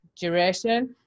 duration